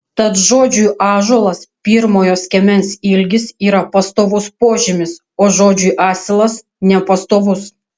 tad žodžiui ąžuolas pirmojo skiemens ilgis yra pastovus požymis o žodžiui asilas nepastovus